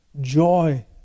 joy